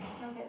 not bad